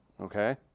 okay